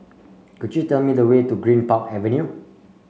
could you tell me the way to Greenpark Avenue